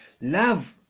Love